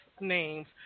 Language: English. names